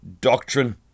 doctrine